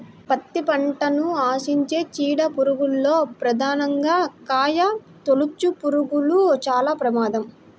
పత్తి పంటను ఆశించే చీడ పురుగుల్లో ప్రధానంగా కాయతొలుచుపురుగులు చాలా ప్రమాదం